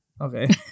okay